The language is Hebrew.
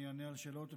אני אענה על השאלות,